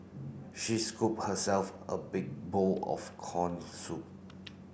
she scooped herself a big bowl of corn soup